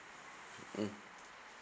mm